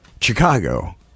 Chicago